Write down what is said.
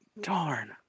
Darn